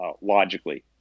logically